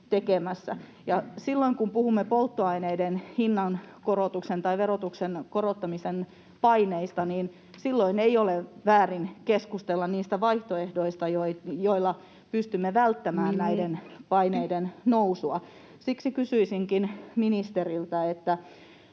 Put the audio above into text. tekemässä. Ja silloin kun puhumme polttoaineiden hinnan korotuksen tai verotuksen korottamisen paineista, niin silloin ei ole väärin keskustella niistä vaihtoehdoista, joilla pystymme välttämään [Puhemies: Minuutti!] näiden paineiden nousua. Siksi kysyisinkin ministeriltä: onko